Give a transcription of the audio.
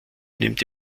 nimmt